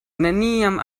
neniam